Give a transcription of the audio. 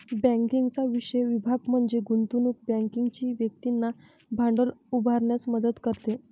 बँकिंगचा विशेष विभाग म्हणजे गुंतवणूक बँकिंग जी व्यक्तींना भांडवल उभारण्यास मदत करते